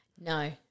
No